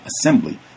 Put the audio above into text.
Assembly